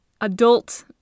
adult